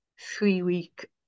three-week